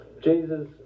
jesus